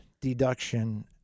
deduction